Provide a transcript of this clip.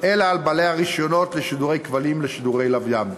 אלא על בעלי הרישיונות לשידורי כבלים ולשידורי לוויין.